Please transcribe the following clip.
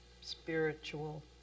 spiritual